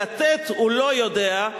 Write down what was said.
לתת הוא לא יודע,